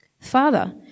Father